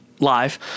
Live